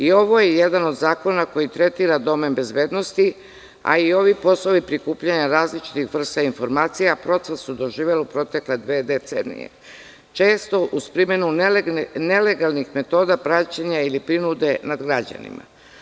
Ovo je jedan od zakona koji tretira domen bezbednosti, a i ovi poslovi prikupljanja različitih vrsta informacija, proces udruživanja u protekle dve decenije često uz primenu nelegalnih metoda praćenja ili prinude nad građanima.